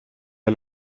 der